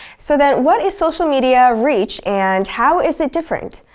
so, then, what is social media reach and how is it different?